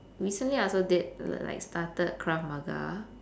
recently I also did like started krav maga